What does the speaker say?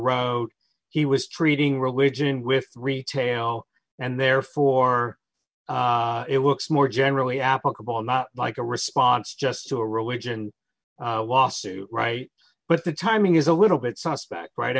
road he was treating religion with retail and therefore it looks more generally applicable not like a response just to a religion lawsuit right but the timing is a little bit suspect right i